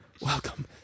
welcome